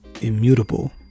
immutable